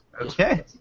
Okay